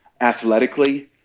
athletically